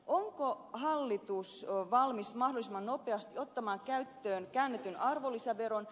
onko hallitus valmis mahdollisimman nopeasti ottamaan käyttöön käännetyn arvonlisäveron